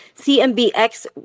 CMBX